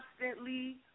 constantly